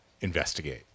investigate